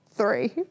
Three